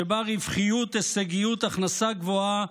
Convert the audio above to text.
שבה רווחיות, הישגיות, הכנסה גבוהה,